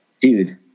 dude